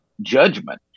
judgment